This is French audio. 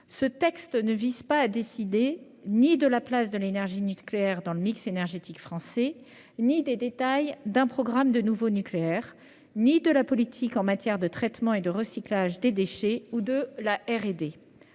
ce texte ne vise pas à décider de la place de l'énergie nucléaire dans le mix énergétique français, pas plus que des détails du programme de nouveau nucléaire, de la politique en matière de traitement et de recyclage des déchets nucléaires